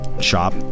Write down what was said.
shop